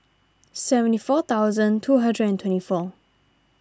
seventy four thousand two hundred and twenty four